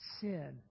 Sin